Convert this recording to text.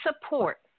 support